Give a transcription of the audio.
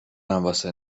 واسه